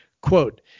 Quote